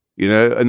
you know, and